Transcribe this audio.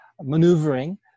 maneuvering